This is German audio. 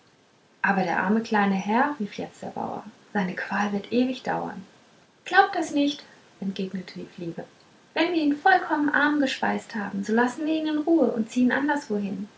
aber der arme kleine herr rief jetzt der bauer seine qual wird ewig dauern glaub das nicht entgegnete die fliege wenn wir ihn vollkommen arm gespeist haben so lassen wir ihn in ruh und ziehen anderswohin